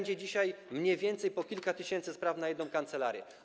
Dzisiaj będzie mniej więcej po kilka tysięcy spraw na jedną kancelarię.